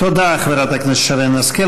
תודה, חברת הכנסת שרן השכל.